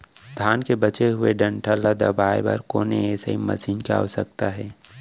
धान के बचे हुए डंठल ल दबाये बर कोन एसई मशीन के आवश्यकता हे?